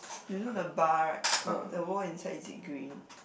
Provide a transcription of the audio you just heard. you know the bar right the wall inside is it green